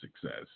success